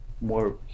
more